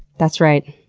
that's right.